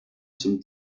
zum